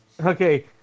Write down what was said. Okay